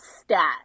stat